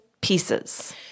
pieces